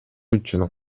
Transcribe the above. үчүн